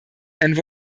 and